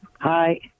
Hi